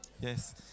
Yes